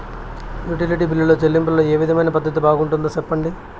Utility బిల్లులో చెల్లింపులో ఏ విధమైన పద్దతి బాగుంటుందో సెప్పండి?